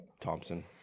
Thompson